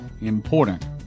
important